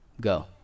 go